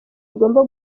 bigomba